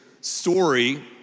story